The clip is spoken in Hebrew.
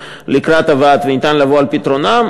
לקראת הוועד והן יכולות לבוא על פתרונן,